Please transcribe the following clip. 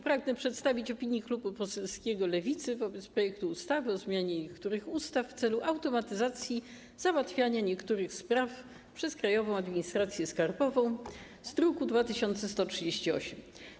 Pragnę przedstawić opinię klubu poselskiego Lewicy o projekcie ustawy o zmianie niektórych ustaw w celu automatyzacji załatwiania niektórych spraw przez Krajową Administrację Skarbową, druk nr 2138.